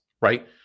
right